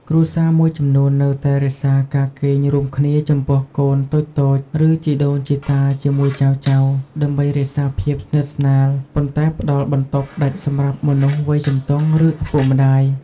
គ្រួសារមួយចំនួននៅតែរក្សាការគេងរួមគ្នាចំពោះកូនតូចៗ ឬជីដូនជីតាជាមួយចៅៗ ដើម្បីរក្សាភាពស្និទ្ធស្នាល ប៉ុន្តែផ្តល់បន្ទប់ដាច់សម្រាប់មនុស្សវ័យជំទង់ ឬឪពុកម្តាយ។